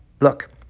look